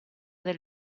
del